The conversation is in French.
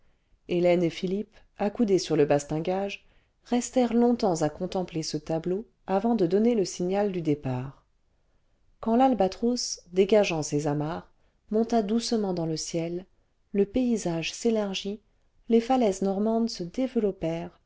hélène et philippe accoudés sur le bastingage restèrent longtemps à contempler ce tableau avant de donner le signal du départ quand yalhatros dégageant ses amarres monta doucement dans le ciel le paysage s'élargit les falaises normandes se développèrent